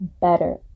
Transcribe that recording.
better